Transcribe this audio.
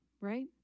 right